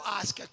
ask